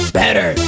better